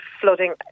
flooding